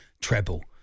treble